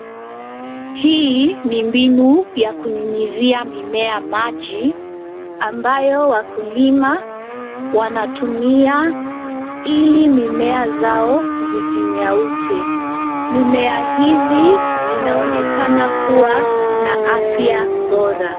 Hii ni mbinu ya kunyunyizia mimea maji ambayo wakulima wanatumia ili mimea zao zisionyauke. Mimea hizi zinaonekana kukua na afya bora.